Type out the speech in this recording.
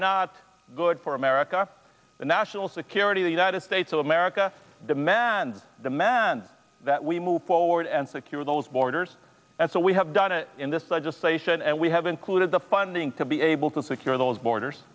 not good for america and national security the united states of america demands demand that we move forward and secure those borders and so we have done it in this legislation and we have included the funding to be able to secure those borders